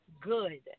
good